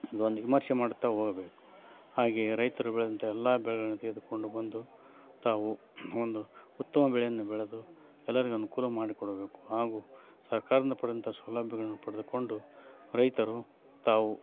ಇದೊಂದು ವಿಮರ್ಶೆ ಮಾಡುತ್ತಾ ಹೋಗಬೇಕು ಹಾಗೆಯೇ ರೈತರು ಬೆಳೆದಂಥ ಎಲ್ಲ ಬೆಳೆಗಳನ್ನು ತೆಗೆದುಕೊಂಡು ಬಂದು ತಾವು ಒಂದು ಉತ್ತಮ ಬೆಳೆಯನ್ನು ಬೆಳೆದು ಎಲ್ಲರಿಗೂ ಅನುಕೂಲ ಮಾಡಿಕೊಡಬೇಕು ಹಾಗೂ ಸರ್ಕಾರದಿಂದ ಪಡೆದಂಥ ಸೌಲಭ್ಯಗಳನ್ನು ಪಡೆದುಕೊಂಡು ರೈತರು ತಾವು